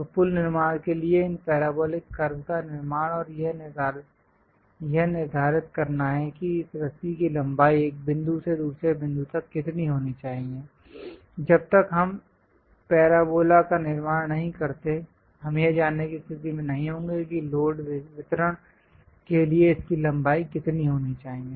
तो पुल निर्माण के लिए इन पैराबोलिक कर्व का निर्माण और यह निर्धारित करना कि इस रस्सी की लंबाई एक बिंदु से दूसरे बिंदु तक कितनी होनी चाहिए जब तक हम पैराबोला का निर्माण नहीं करते हम यह जानने की स्थिति में नहीं होंगे कि लोड वितरण के लिए इसकी लंबाई कितनी होनी चाहिए